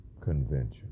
Convention